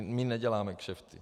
My neděláme kšefty.